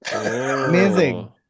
Amazing